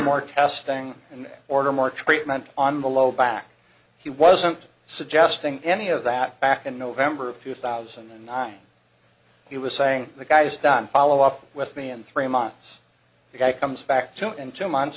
more testing and order more treatment on the low back he wasn't suggesting any of that back in november of two thousand and nine he was saying the guy's done follow up with me in three months the guy comes back two and two months